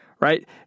right